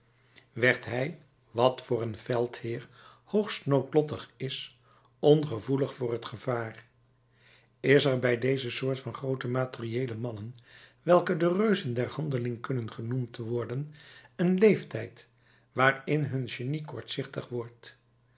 werd hij wat voor een veldheer hoogst noodlottig is ongevoelig voor het gevaar is er bij deze soort van groote materieële mannen welke de reuzen der handeling kunnen genoemd worden een leeftijd waarin hun genie kortzichtig wordt